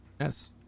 Yes